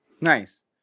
Nice